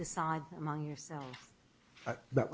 decide among yourself that